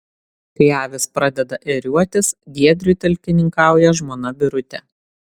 kai avys pradeda ėriuotis giedriui talkininkauja žmona birutė